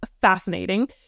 fascinating